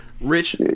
rich